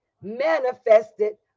manifested